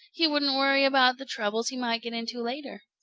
he wouldn't worry about the troubles he might get into later.